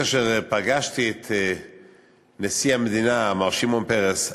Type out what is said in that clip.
כאשר פגשתי את נשיא המדינה מר שמעון פרס,